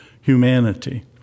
humanity